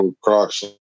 Crocs